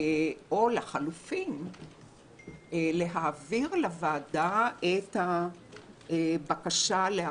או לחלופין להעביר לוועדה את הבקשה להפחתה,